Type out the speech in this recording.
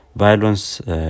violence